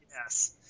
Yes